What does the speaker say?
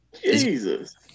Jesus